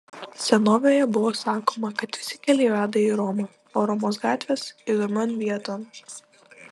senovėje buvo sakoma kad visi keliai veda į romą o romos gatvės įdomion vieton